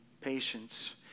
Patience